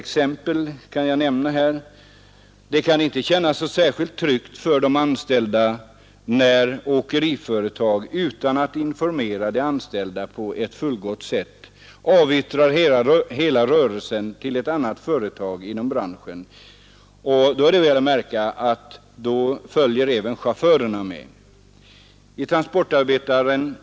Det kan t.ex. inte kännas särskilt tryggt för de anställda när åkeriföretag, utan att informera de anställda på ett fullgott sätt, avyttrar hela rörelsen — väl att märka med chaufförer — till annat företag inom branschen.